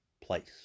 place